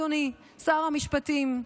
אדוני שר המשפטים.